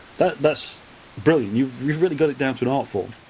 that's that's brilliant. you've you've really got it down to an art form.